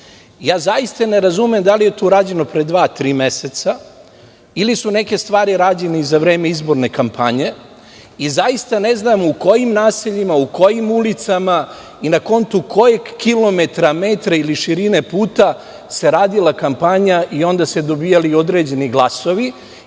Ja zaista ne razumem da li je to rađeno pre dva, tri meseca, ili su neke stvari rađene i za vreme izborne kampanje i zaista ne znam u kojim naseljima, u kojim ulicama i na kontu kojeg kilometra, metra ili širine puta se radila kampanja i onda se dobijali određeni glasovi